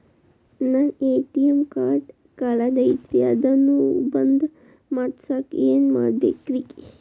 ನನ್ನ ATM card ಕಳದೈತ್ರಿ ಅದನ್ನ ಬಂದ್ ಮಾಡಸಾಕ್ ಏನ್ ಮಾಡ್ಬೇಕ್ರಿ?